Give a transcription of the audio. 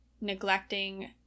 neglecting